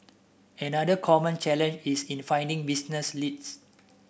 another common challenge is in finding business leads